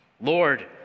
Lord